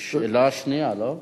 יש שאלה שנייה, לא?